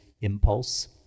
impulse